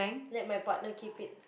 let my partner keep it